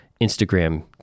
Instagram